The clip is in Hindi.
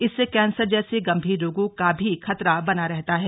इससे कैंसर जैसे गंभीर रोगों का भी खतरा बना रहता है